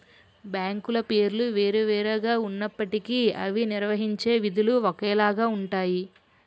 బ్యాంకుల పేర్లు వేరు వేరు గా ఉన్నప్పటికీ అవి నిర్వహించే విధులు ఒకేలాగా ఉంటాయి